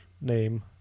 name